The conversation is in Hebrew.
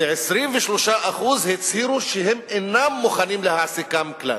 ו-23% הצהירו שהם אינם מוכנים להעסיקם כלל.